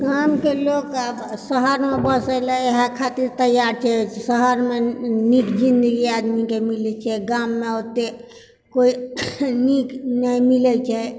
गामके लोक आब शहरमऽ बसिलऽ इएह खातिर तैआर छै जे शहरमऽ नी नीक जिन्दगी आदमीके मिलैत छै गाममऽ ओतय कोइ नीक नहि मिलैत छै